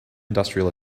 industrial